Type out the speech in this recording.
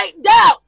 doubt